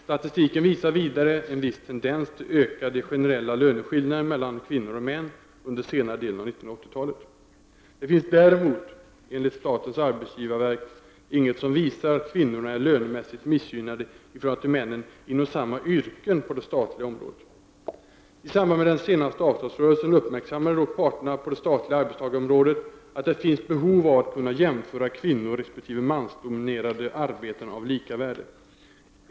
Statistiken visar vidare en viss tendens till ökade generella löneskillnader mellan kvinnor och män under senare delen av 1980-talet. Det finns däremot enligt statens arbetsgivarverk inget som visar att kvinnorna är lönemässigt missgynnade i förhållande till männen inom samma yrken på det statliga området. I samband med den senaste avtalsrörelsen uppmärksammade dock parterna på det statliga arbetstagarområdet att det finns behov av att kunna jämföra kvinnoresp. mansdominerade arbeten av lika värde.